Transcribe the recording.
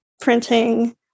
printing